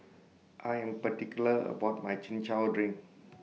I Am particular about My Chin Chow Drink